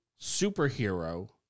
superhero